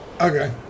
Okay